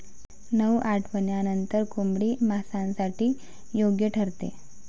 नऊ आठवड्यांनंतर कोंबडी मांसासाठी योग्य ठरते